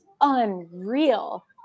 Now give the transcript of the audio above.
unreal